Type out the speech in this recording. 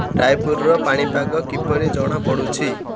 ରାୟପୁରର ପାଣିପାଗ କିପରି ଜଣାପଡ଼ୁଛି